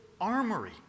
armory